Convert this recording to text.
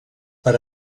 per